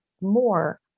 more